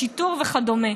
לשיטור וכדומה.